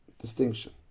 distinction